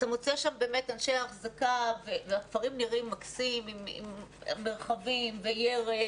אתה מוצא שם באמת אנשי אחזקה והכפרים נראים מקסים עם מרחבים וירק.